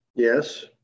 Yes